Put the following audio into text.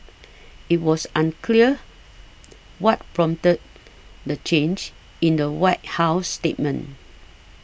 it was unclear what prompted the the change in the White House statement